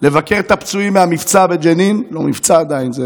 לבקר את הפצועים מהמבצע בג'נין, לא מבצע עדיין, זה